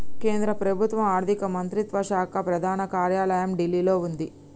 కేంద్ర ప్రభుత్వం ఆర్ధిక మంత్రిత్వ శాఖ ప్రధాన కార్యాలయం ఢిల్లీలో వుంది